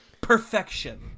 perfection